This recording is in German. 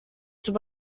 zum